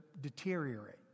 deteriorate